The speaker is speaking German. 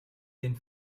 den